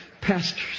pastors